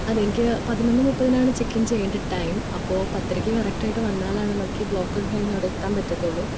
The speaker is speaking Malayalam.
അതെ എനിക്ക് പതിനൊന്നെ മുപ്പതിനാണ് ചെക്കിങ്ങ് ചെയ്യേണ്ടത് ടൈം അപ്പോൾ പത്തരയ്ക്ക് കറക്ടായിട്ട് വന്നാലാണ് നമുക്ക് ഈ ബ്ലോക്കൊക്കെ കഴിഞ്ഞ് അവിടെ എത്താന് പറ്റത്തുള്ളു